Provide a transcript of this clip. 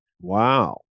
Wow